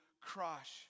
crush